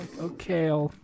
Okay